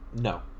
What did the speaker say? no